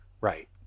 right